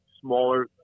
smaller